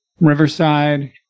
Riverside